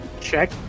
Check